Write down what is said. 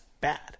bad